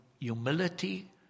humility